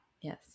yes